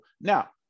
now